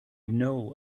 know